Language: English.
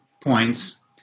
points